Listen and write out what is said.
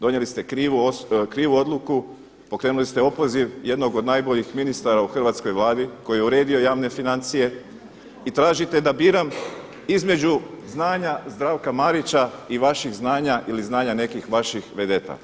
Donijeli ste krivu odluku, pokrenuli ste opoziv jednog od najboljih ministara u hrvatskoj Vladi koji je uredio javne financije i tražite da biram između znanja Zdravka Marića i vaših znanja ili znanja nekih vaših vedeta.